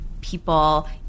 people